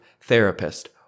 therapist